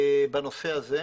בנושא הזה.